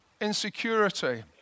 insecurity